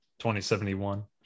2071